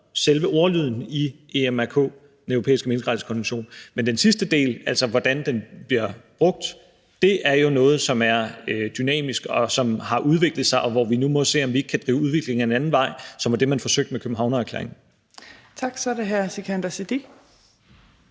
selve ordlyden i Den Europæiske Menneskerettighedskonvention, men den sidste del om, hvordan den bliver brugt, er jo noget, som er dynamisk, og som har udviklet sig, og hvor vi nu må se, om vi ikke kan drive udviklingen en anden vej, hvilket var det, man forsøgte med Københavnererklæringen. Kl. 11:30 Fjerde